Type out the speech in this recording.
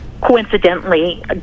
coincidentally